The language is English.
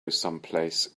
someplace